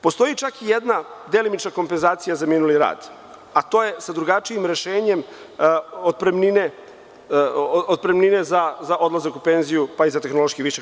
Postoji čak i jedna delimična kompenzacija za minuli rad, a to je sa drugačijim rešenjem otpremnine za odlazak u penziju, pa i za tehnološki višak.